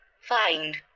find